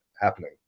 happening